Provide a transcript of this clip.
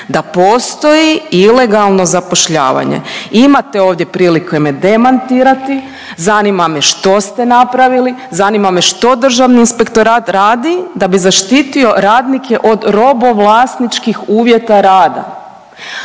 da postoji ilegalno zapošljavanje. I imate ovdje prilike me demantirati, zanima me što ste napravili, zanima me što Državni inspektorat radi da bi zaštitio radnike od robovlasničkih uvjeta rada.